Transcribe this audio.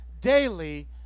daily